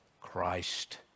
Christ